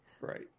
Right